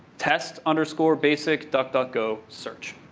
test, underscore, basic, duckduckgo, search.